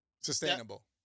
sustainable